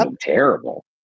terrible